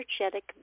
energetic